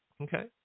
Okay